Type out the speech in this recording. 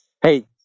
Hey